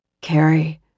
Carrie